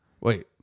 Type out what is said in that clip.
wait